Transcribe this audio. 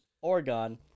Oregon